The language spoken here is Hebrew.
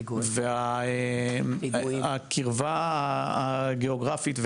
הקירבה הגאוגרפית,